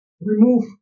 remove